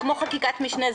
זה כמו חקיקת משנה,